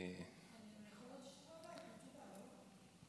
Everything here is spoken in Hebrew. אולי תדחו,